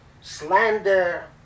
slander